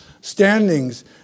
standings